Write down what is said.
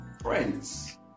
Friends